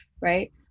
right